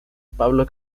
pablo